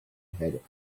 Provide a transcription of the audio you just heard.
ahead